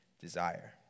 desire